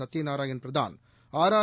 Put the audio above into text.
Satyanarayan Pradhan RR